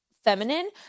feminine